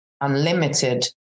unlimited